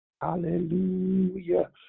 Hallelujah